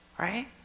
Right